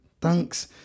thanks